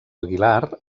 aguilar